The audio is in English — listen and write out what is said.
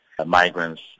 migrants